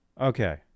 okay